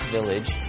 Village